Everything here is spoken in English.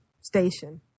station